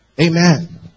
Amen